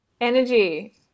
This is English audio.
Energy